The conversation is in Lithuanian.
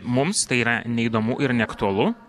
mums tai yra neįdomu ir neaktualu